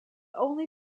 only